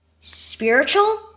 Spiritual